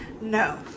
no